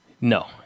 No